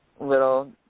little